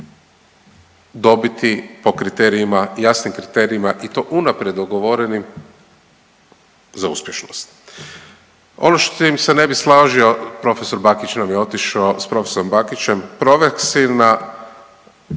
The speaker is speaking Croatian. mogu po kriterijima, jasnim kriterijima i to unaprijed dogovorenim za uspješnost. Ono s čim se ne bih složio, profesor Bakić nam je otišao, s profesorom Bakićem, proveksivna